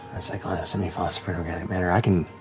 that's like ah semi-phosphoric organic matter. i can